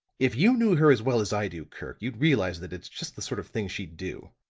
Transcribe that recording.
if you knew her as well as i do, kirk, you'd realize that it's just the sort of thing she'd do.